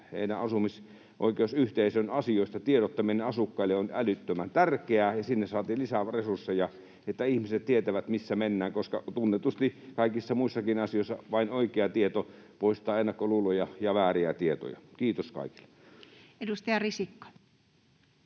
heidän asumisoikeusyhteisönsä asioista asukkaille on älyttömän tärkeää — että sinne saatiin lisää resursseja, jotta ihmiset tietävät, missä mennään, koska tunnetusti kaikissa muissakin asioissa vain oikea tieto poistaa ennakkoluuloja ja vääriä tietoja. — Kiitos kaikille. [Speech 369]